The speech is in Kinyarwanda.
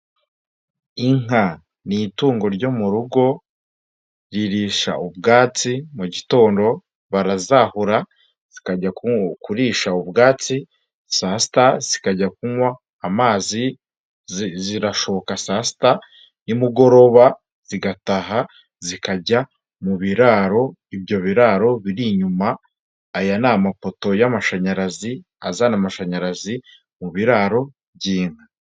Inka ni itungo ryo mu rugo ririsha ubwatsi, mu gitondo barazahura zikajya kurisha ubwatsi, saa sita zikajya kunywa amazi, zirashoka saa sita, ni mugoroba zigataha zikajya mu biraro, ibyo biraro biri inyuma, aya ni amapoto y'amashanyarazi azana amashanyarazi mu biraro by'inka.